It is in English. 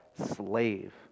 slave